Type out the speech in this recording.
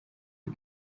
iyi